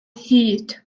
hyd